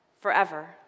forever